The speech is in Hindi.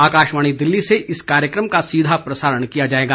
आकाशवाणी दिल्ली से इस कार्यक्रम का सीधा प्रसारण किया जाएगा